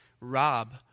rob